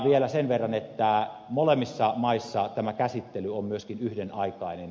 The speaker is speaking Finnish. vielä sen verran että molemmissa maissa tämä käsittely on myöskin yhdenaikainen